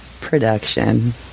production